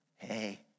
Hey